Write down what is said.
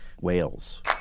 whales